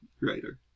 writer